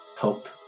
help